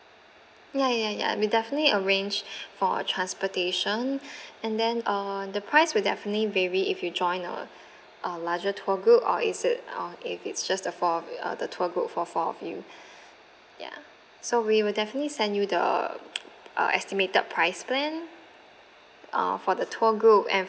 ya ya ya we'll definitely arrange for a transportation and then uh the price will definitely vary if you join our uh larger tour group or is it or if it's just the four of you uh the tour group for four of you ya so we will definitely send you the uh estimated price plan uh for the tour group and